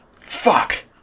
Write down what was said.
Fuck